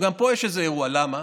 גם פה יש אירוע, למה?